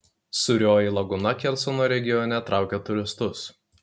sūrioji lagūna kersono regione traukia turistus